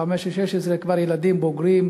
15 או 16 הם כבר ילדים בוגרים,